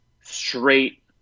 straight